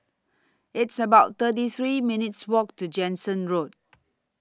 It's about thirty three minutes' Walk to Jansen Road